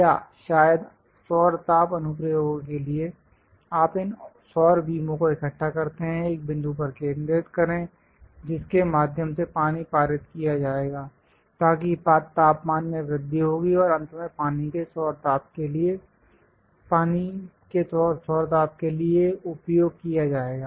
या शायद सौर ताप अनुप्रयोगों के लिए आप इन सौर बीमों को इकट्ठा करते हैं एक बिंदु पर केंद्रित करें जिसके माध्यम से पानी पारित किया जाएगा ताकि तापमान में वृद्धि होगी और अंत में पानी के सौर ताप के लिए उपयोग किया जाएगा